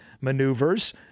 maneuvers